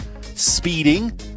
speeding